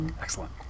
Excellent